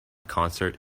concert